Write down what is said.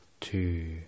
two